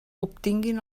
obtinguin